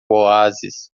oásis